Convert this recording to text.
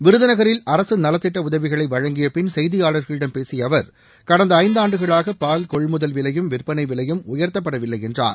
விருதுநகரில் அரசு நலத்திட்ட உதவிகளை வழங்கியபின் செய்தியாளர்களிடம் பேசிய அவர் கடந்த ஐந்தாண்டுகளாக பால் கொள்முதல் விலையும் விற்பனை விலையும் உயர்த்தப்படவில்லை என்றார்